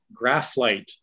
Graphlight